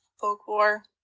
folklore